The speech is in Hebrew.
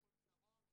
מחוז דרום,